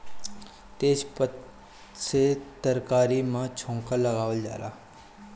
तेजपात से तरकारी में छौंका लगावल जाला